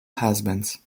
husbands